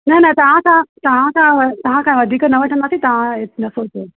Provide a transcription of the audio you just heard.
न न तव्हांसां तव्हांसां तव्हांखां वधीक न वठंदासी तव्हां ईअं न सोचो